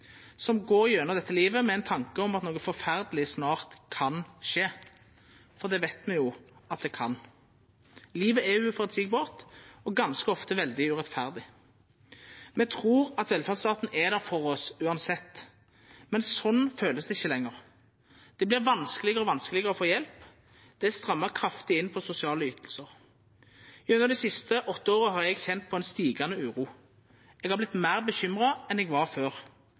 som går gjennom dette livet med ein tanke om at noko forferdeleg snart kan skje – for det veit me jo at det kan. Livet er uføreseieleg og ganske ofte veldig urettferdig. Me trur at velferdsstaten er der for oss uansett, men sånn kjennest det ikkje lenger. Det vert vanskelegare og vanskelegare å få hjelp. Det er stramma kraftig inn på sosiale ytingar. Gjennom dei siste åtte åra har eg kjent på ei stigande uro. Eg har vorte meir bekymra enn eg var før,